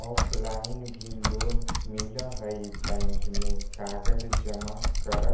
offline भी loan मिलहई bank में कागज जमाकर